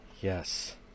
Yes